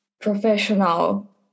professional